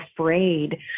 afraid